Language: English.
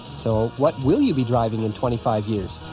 so what will you be driving in twenty five years?